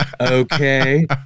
okay